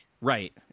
Right